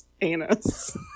anus